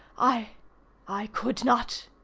i i could not!